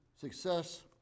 Success